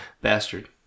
Bastard